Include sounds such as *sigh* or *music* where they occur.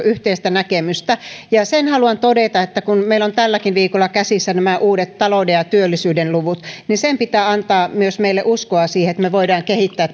*unintelligible* yhteistä näkemystä ja sen haluan todeta että kun meillä on tälläkin viikolla käsissä nämä uudet talouden ja työllisyyden luvut niin sen pitää myös antaa meille uskoa siihen että me voimme kehittää *unintelligible*